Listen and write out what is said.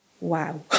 Wow